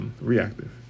reactive